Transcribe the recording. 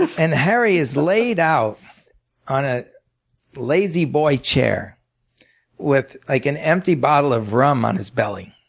and harry is laid out on a lazy boy chair with like an empty bottle of rum on his belly.